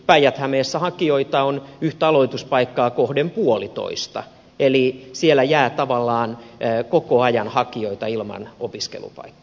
päijät hämeessä hakijoita on yhtä aloituspaikkaa kohden puolitoista eli siellä jää tavallaan koko ajan hakijoita ilman opiskelupaikkaa